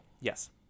yes